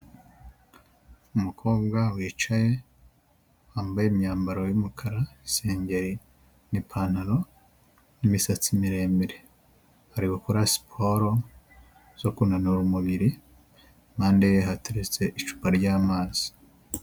Umukobwa wicaye, wambaye imyambaro y'umukara, isengeri n'ipantaro n'imisatsi miremire, ari gukora siporo zo kunanura umubiri, impande ye hateretse icupa ry'amazi.